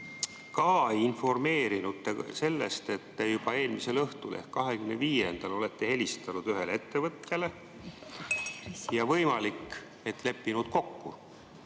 ei informeerinud te sellest, et te juba eelmisel õhtul ehk 25-ndal olite helistanud ühele ettevõttele ja võimalik, et leppinud kokku.